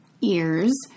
ears